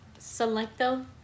Selecto